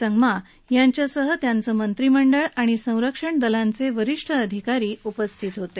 संगमा यांच्यासह त्यांचं मंत्रीमंडळ आणि संरक्षण दलांचे वरिष्ठ अधिकारी उपस्थित होते